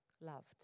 loved